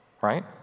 right